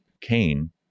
Cain